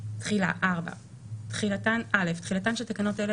תחילה 4. (א) תחילתן של תקנות אלה,